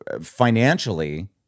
financially